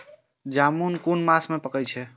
जामून कुन मास में पाके छै?